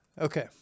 Okay